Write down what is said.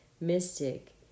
mystic